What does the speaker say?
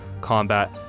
combat